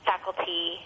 faculty